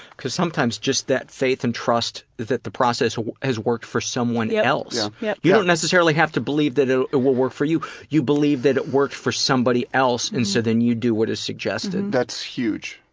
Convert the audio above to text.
cuz sometimes just that faith and trust that the process has worked for someone yeah else. yeah you don't necessarily have to believe that ah it will work for you. you believe that it worked for somebody else and so then you do what is suggested. that's huge.